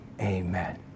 amen